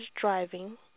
driving